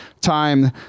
time